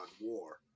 War